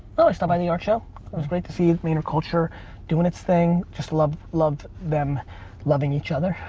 oh, i stopped by the art show. it was great to see vayner culture doing it's thing, just love love them loving each other.